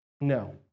No